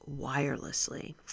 wirelessly